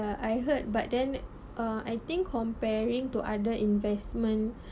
but I heard but then uh I think comparing to other investment